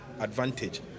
advantage